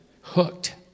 hooked